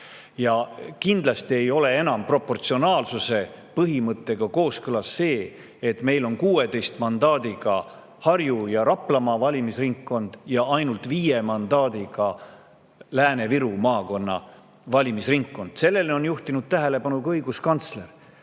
Kindlasti ei ole enam proportsionaalsuse põhimõttega kooskõlas see, et meil on 16 mandaadiga Harju‑ ja Raplamaa valimisringkond, aga ainult 5 mandaadiga Lääne-Viru maakonna valimisringkond. Sellele on juhtinud tähelepanu ka õiguskantsler.